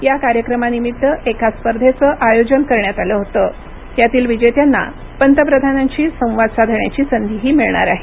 या कार्यक्रमानिमित्त एका स्पर्धेचं आयोजन करण्यात आलं होतं यातील विजेत्यांना पंतप्रधानांशी संवाद साधण्याची संधीही मिळणार आहे